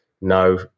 no